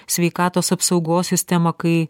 sveikatos apsaugos sistemą kai